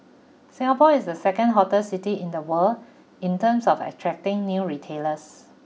Singapore is the second hotter city in the world in terms of attracting new retailers